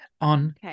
on